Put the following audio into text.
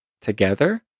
Together